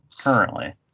currently